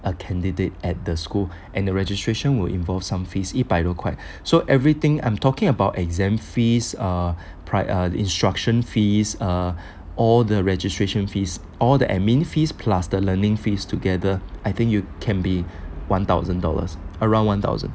a candidate at the school and the registration will involve some fees 一百多块 so everything I'm talking about exam fees or pride or instruction fees are all the registration fees all the admin fees plus the learning fees together I think you can be one thousand dollars around one thousand